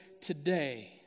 today